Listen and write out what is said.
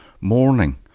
morning